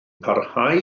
parhau